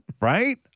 Right